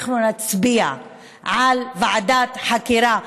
אנחנו נצביע על הקמת ועדת חקירה,